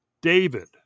david